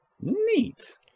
neat